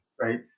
right